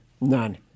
None